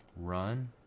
run